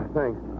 Thanks